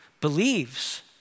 believes